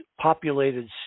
populated